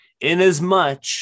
inasmuch